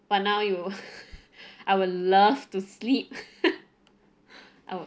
but now you I would love to sleep I will